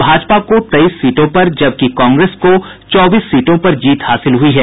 भाजपा को तेईस सीटों पर जबकि कांग्रेस को चौबीस सीटों पर जीत हासिल हुई है